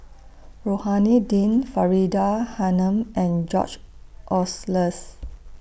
Rohani Din Faridah Hanum and George Oehlers